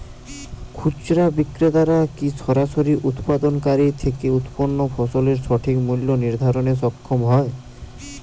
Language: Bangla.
খুচরা বিক্রেতারা কী সরাসরি উৎপাদনকারী থেকে উৎপন্ন ফসলের সঠিক মূল্য নির্ধারণে সক্ষম হয়?